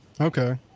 okay